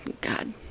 God